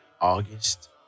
August